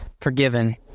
forgiven